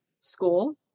school